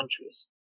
countries